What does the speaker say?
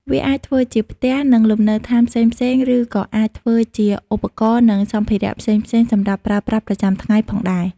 វាអាចធ្វើជាផ្ទះ និងលំនៅឋានផ្សេងៗឬក៏អាចធ្វើជាឧបករណ៍និងសម្ភារៈផ្សេងៗសម្រាប់ប្រើប្រាស់ប្រចំាថ្ងៃផងដែរ។